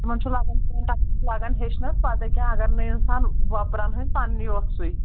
تِمَن چھُ لگَان کیٚنٛہہ ٹایم چھُ لگان ہیٚچھنَس پَتہ کینٛہہ اگر نہٕ اِنسان وۄپرَن ہٕنٛدۍ پَننی یوت سُے